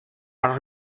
are